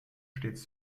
stets